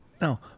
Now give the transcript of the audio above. No